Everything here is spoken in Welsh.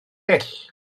hyll